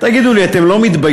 תגידו לי, אתם לא מתביישים?